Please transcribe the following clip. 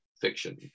fiction